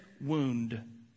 wound